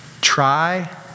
Try